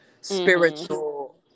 spiritual